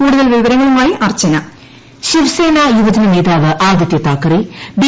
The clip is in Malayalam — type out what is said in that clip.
കൂടുതൽ വിവരങ്ങളുമായി അർച്ചന ശിവ്സേനാ യുവജന നേതാവ് ആദിത്യ താക്കറെ ബി